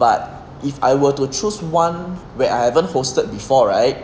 but if I were to choose one where I haven't hosted before right